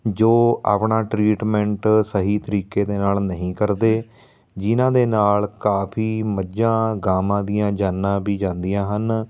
ਜੋ ਆਪਣਾ ਟ੍ਰੀਟਮੈਂਟ ਸਹੀ ਤਰੀਕੇ ਦੇ ਨਾਲ਼ ਨਹੀਂ ਕਰਦੇ ਜਿਨ੍ਹਾਂ ਦੇ ਨਾਲ਼ ਕਾਫ਼ੀ ਮੱਝਾਂ ਗਾਵਾਂ ਦੀਆਂ ਜਾਨਾਂ ਵੀ ਜਾਂਦੀਆਂ ਹਨ